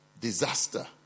disaster